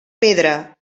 pedra